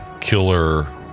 killer